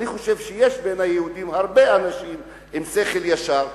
אני חושב שיש בין היהודים הרבה אנשים עם שכל ישר,